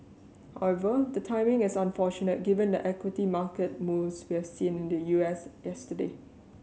however the timing is unfortunate given the equity market moves we have seen in the U S yesterday